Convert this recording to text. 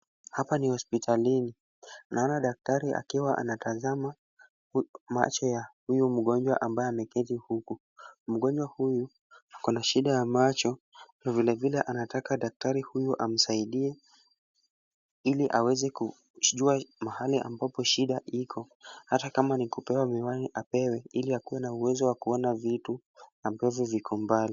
Hapa ni hospitalini. Naona daktari akiwa anatazama macho ya huyu mgonjwa ambaye ameketi huku. Mgonjwa huyu akona shida ya macho na vilevile anataka daktari huyu amsaidie ili aweze kujua mahali ambapo shida iko ata kama ni kupewa miwani apewe ili akuwe na uwezo wa kuona vitu ambavyo viko mbali.